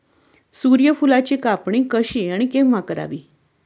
सूर्यफुलाची कापणी कशी आणि केव्हा करावी?